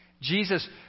Jesus